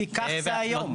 כי כך זה היום.